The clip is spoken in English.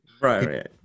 right